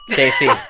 stacey.